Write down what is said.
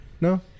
no